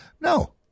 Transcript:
no